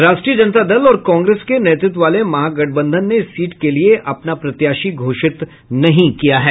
राष्ट्रीय जनता दल और कांग्रेस के नेतृत्व वाले महागठबंधन ने इस सीट के लिये अपने प्रत्याशी घोषित नहीं किया है